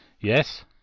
Yes